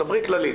דברי כללית.